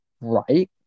Right